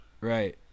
Right